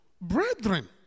brethren